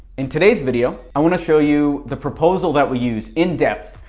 in today's video, i want to show you the proposal that we use in depth.